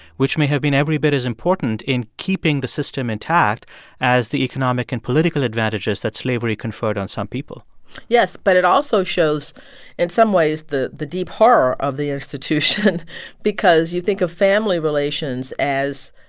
which may have been every bit as important in keeping the system intact as the economic and political advantages that slavery conferred on some people yes, but it also shows in some ways the the deep horror of the institution because you think of family relations as,